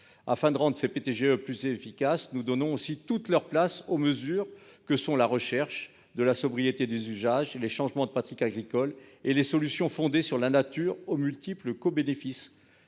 Afin de rendre les PTGE plus efficaces, nous donnons toute leur place aux mesures que sont la recherche de la sobriété des usages, les changements de pratiques agricoles et les solutions fondées sur la nature aux multiples cobénéfices